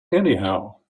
anyhow